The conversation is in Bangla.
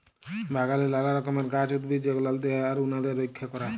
বাগালে লালা রকমের গাহাচ, উদ্ভিদ যগাল দিয়া আর উনাদের রইক্ষা ক্যরা